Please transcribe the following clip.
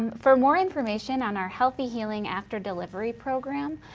um for more information on our healthy healing after delivery program,